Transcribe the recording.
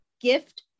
gift